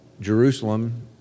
Jerusalem